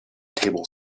table